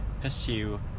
pursue